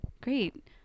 Great